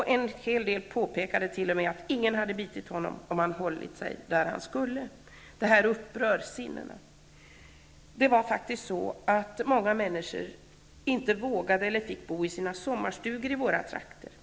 En hel del påpekade t.o.m. att ingen hade bitit Ion Ursut om han hållit sig där han skulle. Det här upprör sinnena. Många människor vågade faktiskt inte eller fick inte bo i sina sommarstugor i våra trakter.